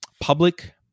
public